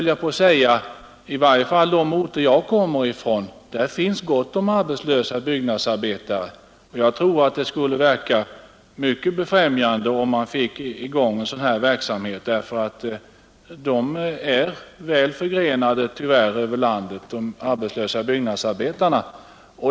Ja, på de flesta orter finns det gott om arbetslösa byggnadsarbetare. Jag tror att det skulle verka mycket befrämjande om man fick i gång en verksamhet av detta slag.